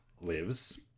lives